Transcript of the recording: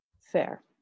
Fair